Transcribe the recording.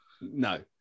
No